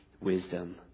wisdom